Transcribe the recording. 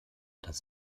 das